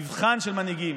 המבחן של המנהיגים.